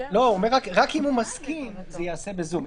רק אם הוא מסכים, זה ייעשה בזום.